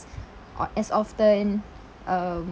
o~ as often um